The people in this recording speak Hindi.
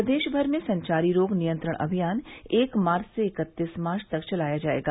प्रदेश भर में संचारी रोग नियंत्रण अभियान एक मार्च से इकत्तीस मार्च तक चलाया जायेगा